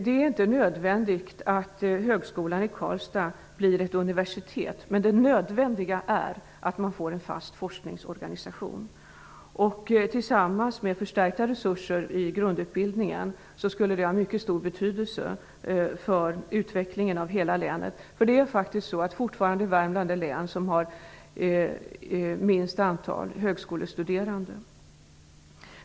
Det är inte nödvändigt att högskolan i Karlstad blir ett universitet, utan det nödvändiga är att man får en fast forskningsorganisation. Tillsammans med förstärkta resuser i grundutbildningen skulle detta ha mycket stor betydelse för utvecklingen av hela länet. Fortfarande är Värmland det län som har det minsta antalet högskolestuderande.